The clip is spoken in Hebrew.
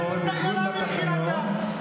או סעיף 305 לחוק העונשין,